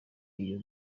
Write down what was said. iyo